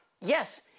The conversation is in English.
Yes